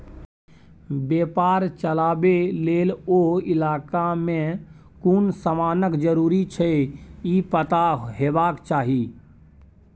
बेपार चलाबे लेल ओ इलाका में कुन समानक जरूरी छै ई पता हेबाक चाही